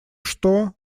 что